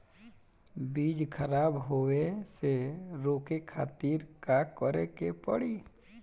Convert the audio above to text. बीज खराब होए से रोके खातिर का करे के पड़ी?